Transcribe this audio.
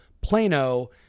plano